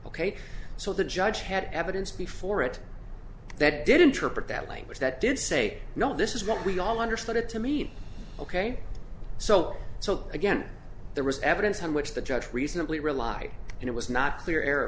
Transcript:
ok so the judge had evidence before it that it did interpret that language that did say no this is what we all understood it to mean ok so so again there was evidence on which the judge reasonably relied and it was not clear